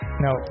No